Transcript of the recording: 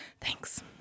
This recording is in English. Thanks